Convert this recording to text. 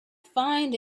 find